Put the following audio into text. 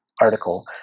article